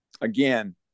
again